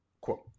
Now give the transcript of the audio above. Quote